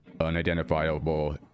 unidentifiable